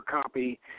copy